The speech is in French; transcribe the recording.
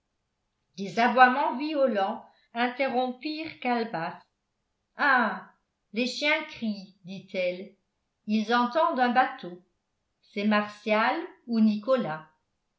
des aboiements violents interrompirent calebasse ah les chiens crient dit-elle ils entendent un bateau c'est martial ou nicolas